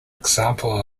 example